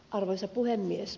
arvoisa puhemies